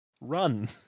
Run